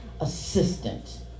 assistant